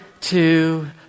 two